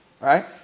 Right